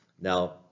now